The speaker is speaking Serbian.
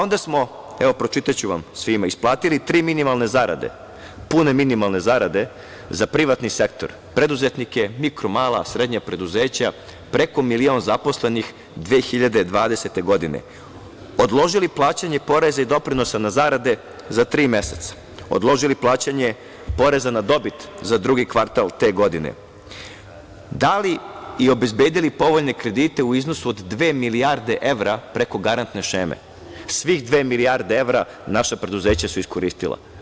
Onda smo, evo pročitaću vam, svima isplatili tri minimalne zarade, pune minimalne zarade za privatni sektor, preduzetnike, mikro, mala, srednja preduzeća, preko milion zaposlenih 2020. godine, odložili plaćanje poreza i doprinosa na zarade za tri meseca, odložili plaćanje poreza na dobit za drugi kvartal te godine, dali i obezbedili povoljne kredite u iznosu od dve milijarde evra preko garantne šeme, svih dve milijarde evra naša preduzeća su iskoristila.